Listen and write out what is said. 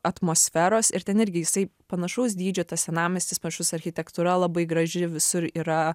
atmosferos ir ten irgi jisai panašaus dydžio tas senamiestis panašus architektūra labai graži visur yra